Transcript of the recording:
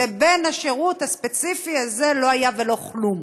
לבין השירות הספציפי הזה לא היה ולא כלום.